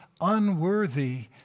unworthy